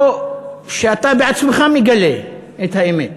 או שאתה בעצמך מגלה את האמת.